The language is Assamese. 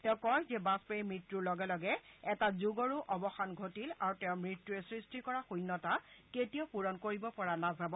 তেওঁ কয় যে বাজপেয়ীৰ মৃত্যুৰ লগে লগে এটা যুগৰো অৱসান ঘটিল আৰু তেওঁৰ মৃত্যূয়ে সৃষ্টি কৰা শৃন্যতা কেতিয়াও পূৰণ কৰিব পৰা নাযাব